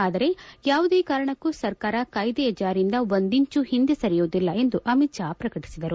ಆದರೆ ಯಾವುದೇ ಕಾರಣಕ್ಕೂ ಸರ್ಕಾರ ಕಾಯ್ದೆ ಜಾರಿಯಿಂದ ಒಂದಿಂಚು ಹಿಂದೆ ಸರಿಯುವುದಿಲ್ಲ ಎಂದು ಅಮಿತ್ ಷಾ ಪ್ರಕಟಿಸಿದರು